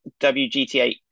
WGTA